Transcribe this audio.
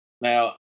now